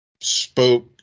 spoke